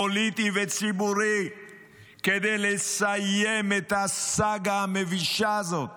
פוליטי וציבורי כדי לסיים את הסאגה המבישה הזאת